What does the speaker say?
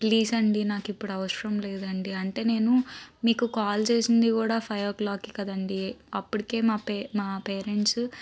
please అండి నాకు ఇప్పుడు అవసరం లేదండి అంటే నేను మీకు కాల్ చేసింది కూడా ఫైవ్ ఓ క్లోక్కి కదండీ అప్పటికే మా మా పేరెంట్స్